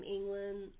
England